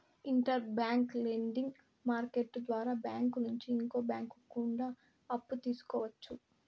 inter bank lending market ద్వారా bank నుంచి ఇంకో బ్యాంకు కూడా అప్పు తీసుకోవచ్చు